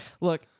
Look